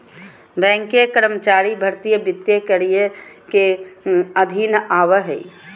banking कर्मचारी भर्ती वित्तीय करियर के अधीन आबो हय